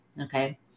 Okay